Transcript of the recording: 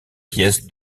pièce